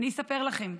אני אספר לכם.